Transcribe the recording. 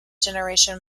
generation